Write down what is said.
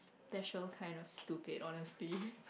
that show kind of stupid honestly